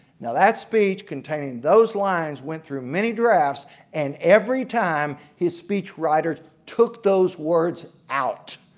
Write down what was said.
now that speech contained those lines went through many drafts and every time his speechwriters took those words out.